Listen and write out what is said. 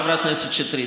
חברת הכנסת שטרית,